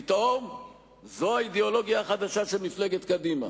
פתאום זו האידיאולוגיה החדשה של מפלגת קדימה.